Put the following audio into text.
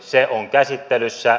se on käsittelyssä